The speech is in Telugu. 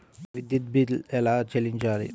విద్యుత్ బిల్ ఎలా చెల్లించాలి?